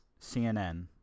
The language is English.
CNN